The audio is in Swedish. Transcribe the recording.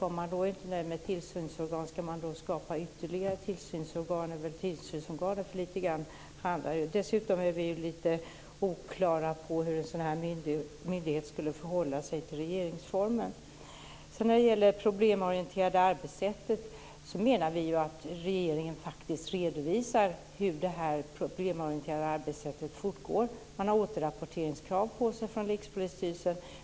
Om man inte är nöjd med tillsynsorganet, ska man då skapa ytterligare tillsynsorgan över tillsynsorganet? Dessutom är vi lite oklara över hur en sådan myndighet skulle förhålla sig till regeringsformen. När det gäller det problemorienterade arbetssättet menar vi att regeringen faktiskt redovisar hur det fortgår. Man har återrapporteringskrav på sig från Rikspolisstyrelsen.